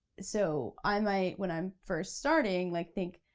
so, i might, when i'm first starting, like think,